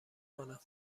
کنم